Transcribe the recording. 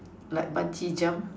like bungee jump